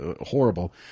horrible